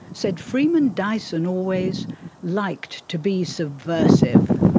said freeman dyson always liked to be subversive.